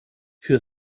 für